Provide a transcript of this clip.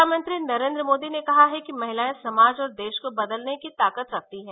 प्रधानमंत्री नरेन्द्र मोदी ने कहा है कि महिलाएं समाज और देश को बदलने की ताकत रखती हैं